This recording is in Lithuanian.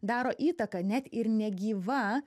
daro įtaką net ir negyva